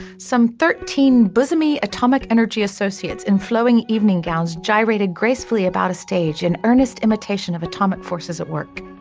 some thirteen bosomy atomic energy associates in flowing evening gowns, gyrated gracefully about a stage in earnest imitation of atomic forces at work.